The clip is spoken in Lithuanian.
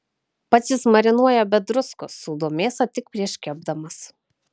pats jis marinuoja be druskos sūdo mėsą tik prieš kepdamas